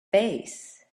face